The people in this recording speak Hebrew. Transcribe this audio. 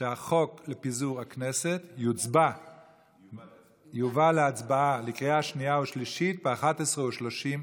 שהחוק לפיזור יובא להצבעה לקריאה שנייה ושלישית ב-23:30,